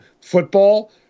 football